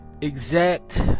exact